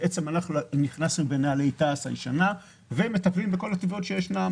בעצם אנחנו נכנסנו בנעלי תע"ש הישנה ומטפלים בכל התביעות שישנן,